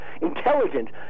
intelligent